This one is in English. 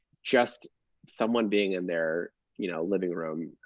just someone being in their you know living room,